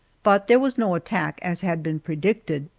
but there was no attack as had been predicted!